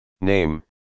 Name